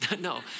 No